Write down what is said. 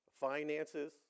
finances